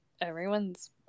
Everyone's